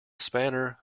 spanner